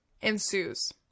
ensues